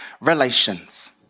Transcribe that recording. Relations